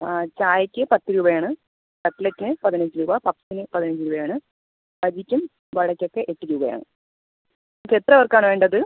ചായയ്ക്ക് പത്ത് രൂപ ആണ് കട്ട്ലറ്റിന് പതിനഞ്ച് രൂപ പഫ്സിന് പതിനഞ്ച് രൂപ ആണ് ബജിക്കും വടയ്ക്കൊക്കെ എട്ട് രൂപ ആണ് നിങ്ങൾക്ക് എത്ര പേർക്കാണ് വേണ്ടത്